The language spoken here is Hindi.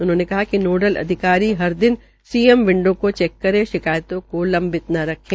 उन्होंने कहा कि नोडल अधिकारी हर दिन सीएम विंडोको चेक करे शिकायतों को लंम्बित न रखें